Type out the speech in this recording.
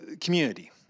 community